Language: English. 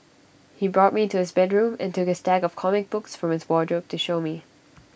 he brought me to his bedroom and took A stack of comic books from his wardrobe to show me